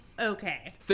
okay